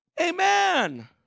Amen